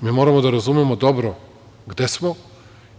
Mi moramo da razumemo dobro gde smo,